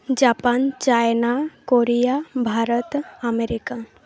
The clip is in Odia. Japan China Korea Bharat America